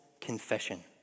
confession